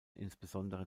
insbesondere